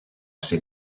ser